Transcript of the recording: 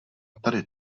tady